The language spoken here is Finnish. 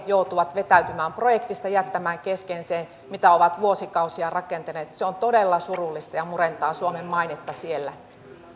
joutuvat vetäytymään projektista jättämään kesken sen mitä ovat vuosikausia rakentaneet se on todella surullista ja murentaa suomen mainetta siellä